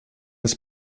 its